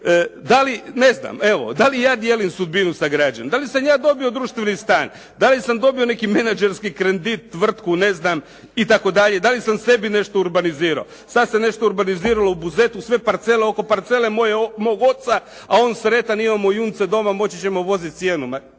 da li ne znam, evo, da li ja dijelim sudbinu sa građanima, da li sam ja dobio društveni stan, dali sam dobio neki menadžerski kredit, tvrtku ne znam, itd., da li sam sebi nešto urbanizirao. Sada se nešto urbaniziralo u Buzetu, sve parcele oko parcele mog oca a on sretan imamo junce doma moći ćemo voziti sjeno.